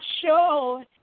sure